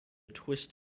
twist